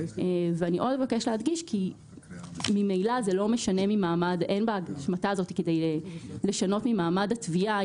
אני עוד אבקש להדגיש כי ממילא אין בהשמטה הזאת כדי לשנות ממעמד התביעה.